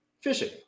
fishing